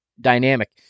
dynamic